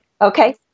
Okay